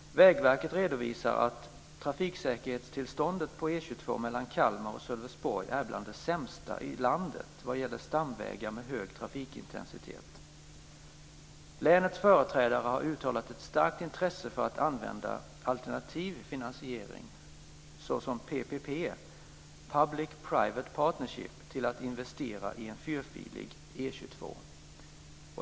E 22 mellan Kalmar och Sölvesborg är bland det sämsta i landet vad gäller stamvägar med hög trafikintensitet. Länets företrädare har uttalat ett starkt intresse för att använda alternativ finansiering såsom PPP, Public Private Partnership, till att investera i en fyrfilig E 22.